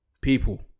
People